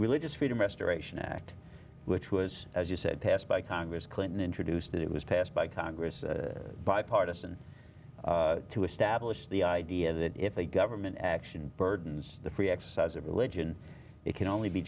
religious freedom restoration act which was as you said passed by congress clinton introduced it was passed by congress bipartisan to establish the idea that if a government action burdens the free exercise of religion it can only be